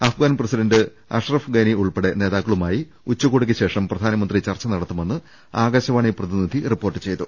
Afghan president Ashraf Ghani ഉൾപ്പെടെ നേതാക്കളുമായി ഉച്ചകോടിക്ക് ശേഷം പ്രധാനമന്ത്രി ചർച്ച നട്ടത്തുമെന്ന് ആകാശവാണി പ്രതിനിധി റിപ്പോർട്ട് ചെയ്തു